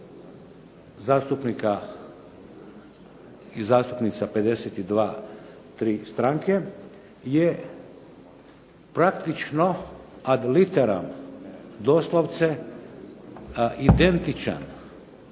zastupnika i zastupnica 52 stranke je praktično ad literam doslovce identičan